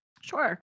Sure